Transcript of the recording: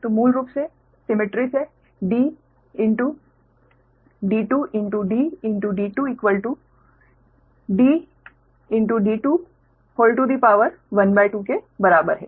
तो मूल रूप से सिमेट्री से Dd2 Dd212 के बराबर है